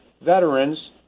veterans